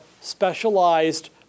specialized